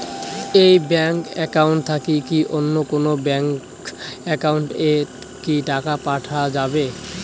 এই bank account থাকি কি অন্য কোনো ব্যাংক একাউন্ট এ কি টাকা পাঠা যাবে?